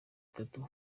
itatu